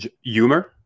humor